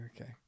okay